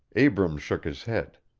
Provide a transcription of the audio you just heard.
abrams shook his head.